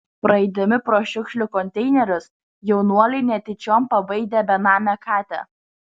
praeidami pro šiukšlių konteinerius jaunuoliai netyčiom pabaidė benamę katę